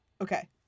Okay